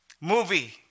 movie